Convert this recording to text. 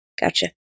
gotcha